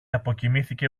αποκοιμήθηκε